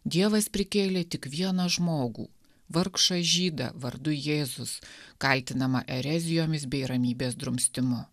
dievas prikėlė tik vieną žmogų vargšą žydą vardu jėzus kaltinamą erezijomis bei ramybės drumstimu